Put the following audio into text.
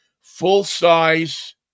full-size